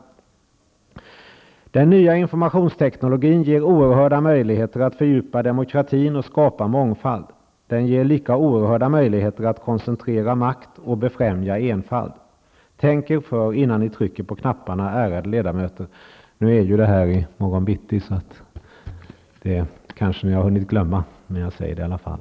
Den nya informationsteknologin ger oerhörda möjligheter att fördjupa demokratin och skapa mångfald. Den ger lika oerhörda möjligheter att koncentrera makt och befrämja enfald. Tänk er för innan ni trycker på knapparna, ärade ledamöter. Voteringen skall visserligen äga rum i morgon bitti så ni kanske har hunnit glömma detta, men jag säger det i alla fall.